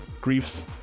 grief's